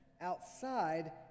outside